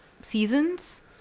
seasons